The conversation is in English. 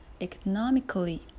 Economically